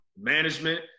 management